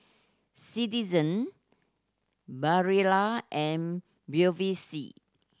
Citizen Barilla and Bevy C